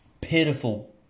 pitiful